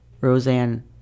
Roseanne